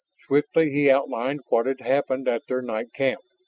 swiftly he outlined what had happened at their night camp.